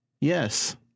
Yes